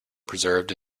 preserved